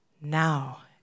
now